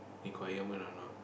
requirement or not